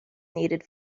needed